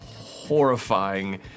horrifying